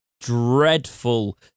dreadful